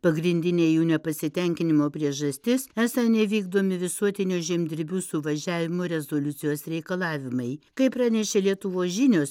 pagrindinė jų nepasitenkinimo priežastis esą nevykdomi visuotinio žemdirbių suvažiavimo rezoliucijos reikalavimai kaip pranešė lietuvos žinios